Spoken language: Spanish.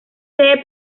sede